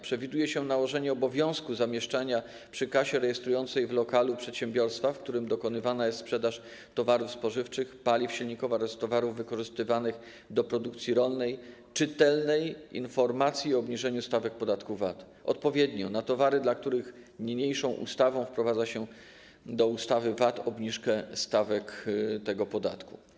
Przewiduje się nałożenie obowiązku zamieszczania przy kasie rejestrującej w lokalu przedsiębiorstwa, w którym dokonywana jest sprzedaż towarów spożywczych, paliw silnikowych oraz towarów wykorzystywanych do produkcji rolnej, czytelnej informacji o obniżeniu stawek podatku VAT odpowiednio na towary, dla których niniejszą ustawą wprowadza się do ustawy o VAT obniżkę stawek tego podatku.